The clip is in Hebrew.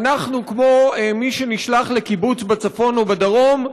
אנחנו כמו מי שנשלח לקיבוץ בצפון או בדרום,